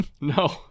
no